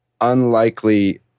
unlikely